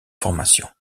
formation